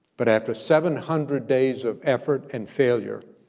but after seven hundred days of effort and failure,